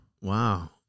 Wow